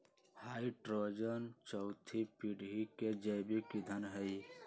hydrogen चउथी पीढ़ी के जैविक ईंधन हई